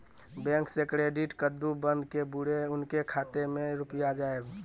Bank से credit कद्दू बन के बुरे उनके खाता मे रुपिया जाएब?